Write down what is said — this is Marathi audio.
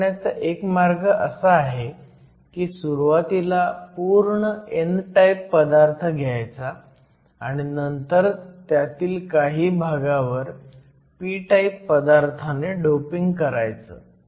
हे करण्याचा एक मार्ग असा आहे की सुरुवातीला पूर्ण n टाईप पदार्थ घ्यायचा आणि नंतर त्यातील काही भागावर p टाईप पदार्थाने डोपिंग करायचं